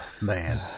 Man